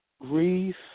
grief